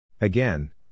Again